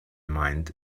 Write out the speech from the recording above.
mind